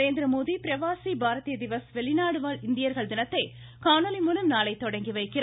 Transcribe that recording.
நரேந்திரமோடி பிரவாசி பாரதிய திவஸ் வெளிநாடுவாழ் இந்தியர்கள் தினத்தை காணொலி மூலம் நாளை தொடங்கி வைக்கிறார்